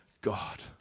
God